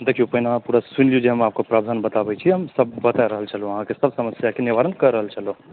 देखिऔ पहिने अहाँ पूरा सुनि लिऔ अहाँकेँ प्रावधान बताबैत छी सभ बता रहल छलहुँ अहाँकेँ सभ समस्याके निवारण कऽ रहल छलहुँ